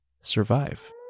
survive